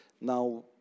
Now